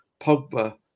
Pogba